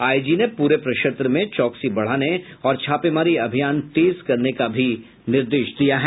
IG ने पूरे प्रक्षेत्र में चौकसी बढ़ाने और छापामारी अभियान तेज करने का भी निर्देश दिया है